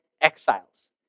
exiles